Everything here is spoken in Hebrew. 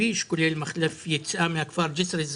לא סתם אנחנו לא משתמשים בתחבורה הציבורית בחברה הערבית.